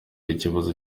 ikibazo